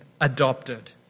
adopted